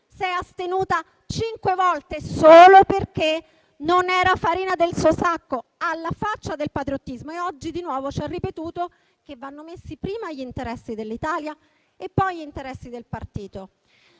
si è astenuta cinque volte, solo perché non era farina del suo sacco; alla faccia del patriottismo. Oggi di nuovo ci ha ripetuto che vanno messi prima gli interessi dell'Italia e poi quelli del partito.